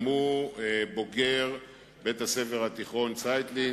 גם הוא בוגר בית-הספר התיכון "צייטלין",